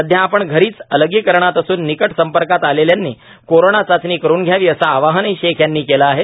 सध्या आपण घरीच अलगीकरणात असून निकट संपर्कात आलेल्यांनी कोरोना चाचणी करून घ्यावी असं आवाहनही शेख यांनी केल आहे